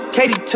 Katy